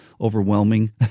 overwhelming